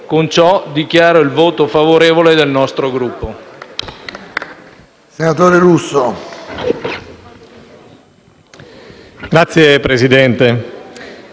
Con ciò, dichiaro il voto favorevole del nostro Gruppo.